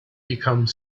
become